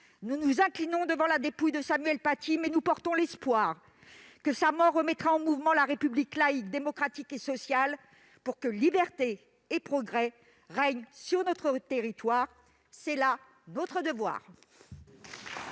nous nous inclinons devant la dépouille de Samuel Paty, mais nous portons l'espoir que sa mort remettra en mouvement la République laïque, démocratique et sociale, pour que liberté et progrès règnent sur notre territoire. C'est là notre devoir.